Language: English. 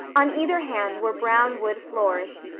on either hand were brown wood floors,